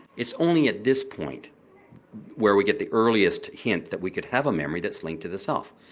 it's only at this point where we get the earliest hint that we could have a memory that's linked to the self.